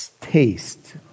Taste